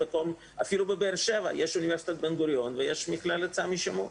גם בבאר שבע יש את אוניברסיטת בן גוריון ואת מכללת סמי שמעון